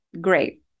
Great